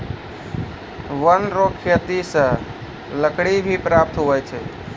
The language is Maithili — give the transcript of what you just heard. वन रो खेती से लकड़ी भी प्राप्त हुवै छै